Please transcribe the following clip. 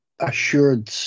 assured